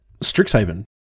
Strixhaven